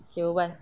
okay berbual